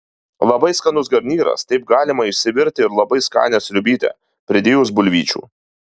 labai skanus garnyras taip pat galima išsivirti ir labai skanią sriubytę pridėjus bulvyčių